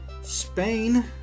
Spain